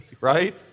right